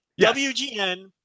WGN